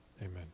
Amen